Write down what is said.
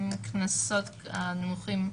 עם קנסות נמוכים יותר.